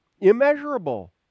immeasurable